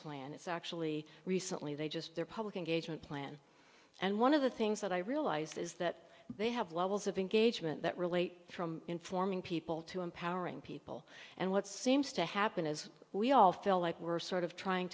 plan it's actually recently they just their public engagement plan and one of the things that i realized is that they have levels of engagement that relate from informing people to empowering people and what seems to happen is we all feel like we're sort of trying